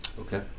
Okay